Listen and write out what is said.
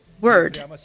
word